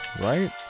Right